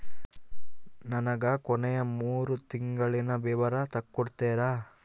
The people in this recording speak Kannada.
ನನಗ ಕೊನೆಯ ಮೂರು ತಿಂಗಳಿನ ವಿವರ ತಕ್ಕೊಡ್ತೇರಾ?